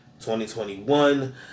2021